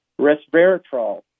resveratrol